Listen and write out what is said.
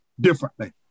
differently